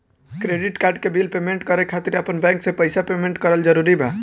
Credit card के bill payment करे खातिर आपन बैंक से पईसा पेमेंट करल जरूरी बा?